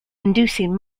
inducing